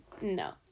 no